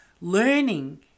learning